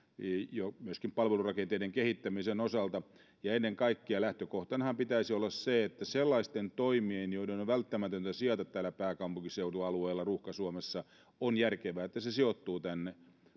myöskin palvelurakenteiden kehittämisen osalta ennen kaikkea lähtökohtanahan pitäisi olla se että sellaisten toimien joiden on välttämätöntä sijaita täällä pääkaupunkiseudun alueella ruuhka suomessa on järkevää sijoittua tänne